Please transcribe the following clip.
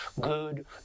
good